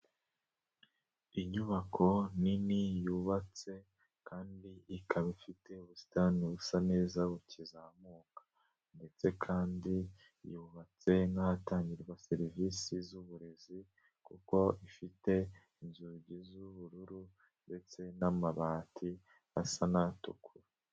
Inyubako nini yubatse kandi ikaba ifite ubusitani busa neza bukizamuka. Ndetse kandi yubatse n'ahatangirwa serivisi z'uburezi kuko ifite inzugi z'ubururu ndetse n'amabati asa n'atukura.